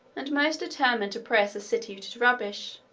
and most determined to press a city to to rubbish,